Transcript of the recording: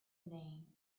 name